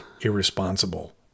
irresponsible